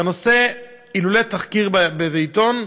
אילולא תחקיר באיזה עיתון,